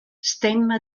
stemma